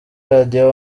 radio